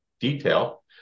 detail